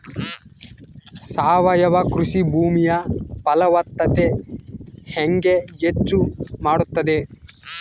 ಸಾವಯವ ಕೃಷಿ ಭೂಮಿಯ ಫಲವತ್ತತೆ ಹೆಂಗೆ ಹೆಚ್ಚು ಮಾಡುತ್ತದೆ?